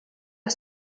jag